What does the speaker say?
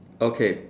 okay